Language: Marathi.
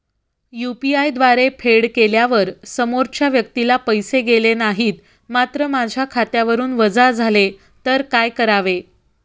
यु.पी.आय द्वारे फेड केल्यावर समोरच्या व्यक्तीला पैसे गेले नाहीत मात्र माझ्या खात्यावरून वजा झाले तर काय करावे?